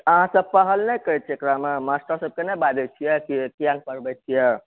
अहाँसब पहल नहि करै छियै एकरामे मास्टर सँ नहि बाजै छियै किया नहि पढ़बै छीयै